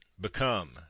become